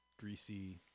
greasy